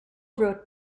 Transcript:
wrote